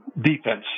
defense